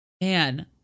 Man